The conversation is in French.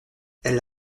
elle